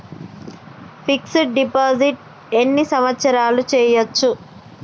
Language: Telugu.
ఫిక్స్ డ్ డిపాజిట్ ఎన్ని సంవత్సరాలు చేయచ్చు?